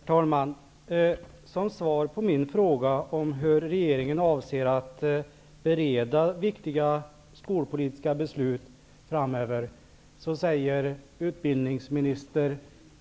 Herr talman! Som svar på min fråga om hur regeringen avser att bereda viktiga skolpolitiska beslut framöver, säger utbildningsminister